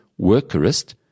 workerist